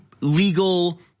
legal